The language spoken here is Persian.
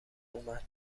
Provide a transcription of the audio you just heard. اومد